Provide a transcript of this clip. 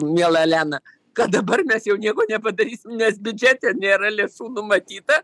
miela elena kad dabar mes jau nieko nepadarysim nes biudžete nėra lėšų numatyta